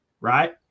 right